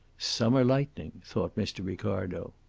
summer lightning, thought mr. ricardo.